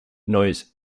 noise